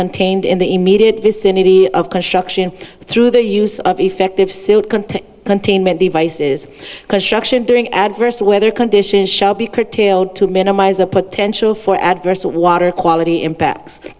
contained in the immediate vicinity of construction through the use of effective suit containment device is because during adverse weather conditions shall be curtailed to minimize the potential for adverse water quality impacts